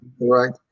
right